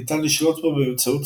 ניתן לשלוט בו באמצעות